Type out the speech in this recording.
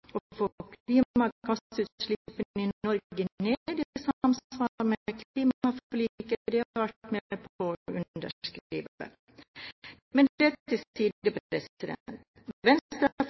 å få klimagassutslippene i Norge ned i samsvar med et klimaforlik de har vært med på å underskrive. Men det